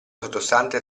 sottostante